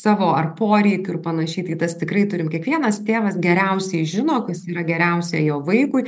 savo ar poreikių ir panašiai tai tas tikrai turim kiekvienas tėvas geriausiai žino kas yra geriausia jo vaikui